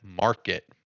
market